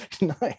Nice